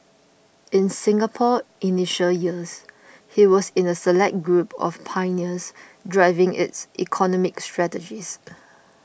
in Singapore's initial years he was in a select group of pioneers driving its economic strategies